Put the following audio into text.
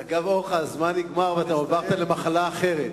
אגב אורחא, הזמן נגמר ואתה עברת למחלה אחרת.